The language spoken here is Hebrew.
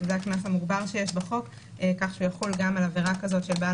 שזה הקנס שיש בחוק כך שיחול גם על עבירה שבעל